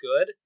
good